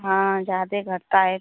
हाँ ज़्यादा घटता है